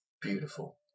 Beautiful